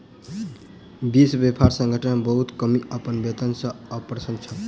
विश्व व्यापार संगठन मे बहुत कर्मी अपन वेतन सॅ अप्रसन्न छल